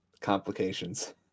complications